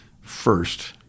first